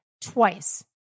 twice